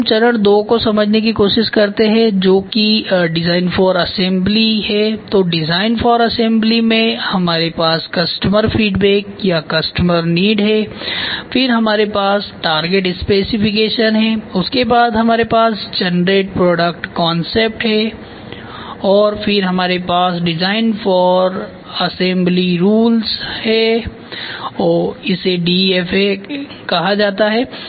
आइए हम चरण II को समझने की कोशिश करते हैं जो की डिजाइन फॉर असेंबली है तो डिजाइन फॉर असेंबली में हमारे पास कस्टमर फीडबैक या कस्टमर नीड है फिर हमारे पास टारगेट स्पेसिफिकेशन है उसके बाद हमारे पास है जनरेट प्रोडक्ट कांसेप्ट और फिर हमारे पास डिज़ाइन फॉरअसेंबली रूल्स है इसे DFA कहा जाता है